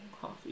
coffee